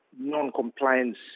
non-compliance